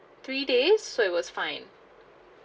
three days so it was fine